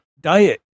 diet